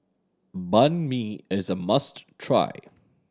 Banh Mi is a must try